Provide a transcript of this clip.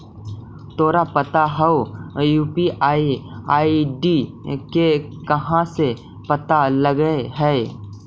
तोरा पता हउ, यू.पी.आई आई.डी के कहाँ से पता लगऽ हइ?